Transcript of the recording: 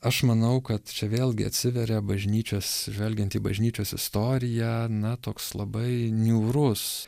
aš manau kad čia vėlgi atsiveria bažnyčios žvelgiant į bažnyčios istoriją na toks labai niūrus